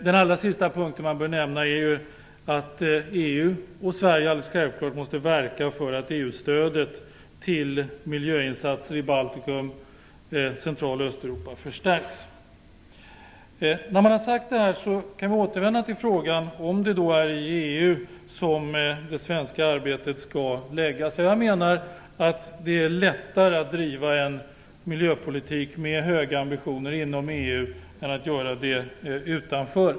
Den sista punkt man bör nämna är att EU och Sverige självklart måste verka för att EU-stödet till miljöinsatser i Baltikum, Central och Östeuropa förstärks. När jag nu har sagt det här vill jag återvända till frågan om det är i EU som det svenska arbetet skall bedrivas. Jag menar att det är lättare att driva en miljöpolitik med höga ambitioner inom EU än att göra det utanför.